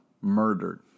murdered